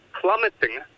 plummeting